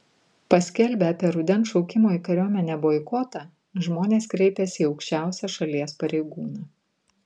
paskelbę apie rudens šaukimo į kariuomenę boikotą žmonės kreipėsi į aukščiausią šalies pareigūną